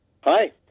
Hi